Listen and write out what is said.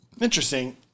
Interesting